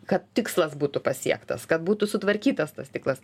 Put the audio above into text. kad tikslas būtų pasiektas kad būtų sutvarkytas tas stiklas